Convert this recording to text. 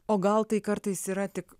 o gal tai kartais yra tik